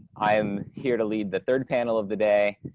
i am here to lead the third panel of the day.